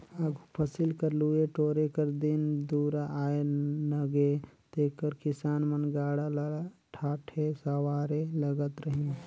आघु फसिल कर लुए टोरे कर दिन दुरा आए नगे तेकर किसान मन गाड़ा ल ठाठे सवारे लगत रहिन